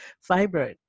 fiber